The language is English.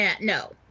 No